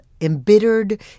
embittered –